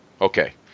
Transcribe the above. Okay